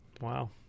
Wow